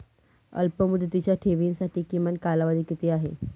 अल्पमुदतीच्या ठेवींसाठी किमान कालावधी किती आहे?